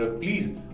please